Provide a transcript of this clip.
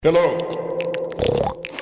Hello